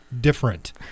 different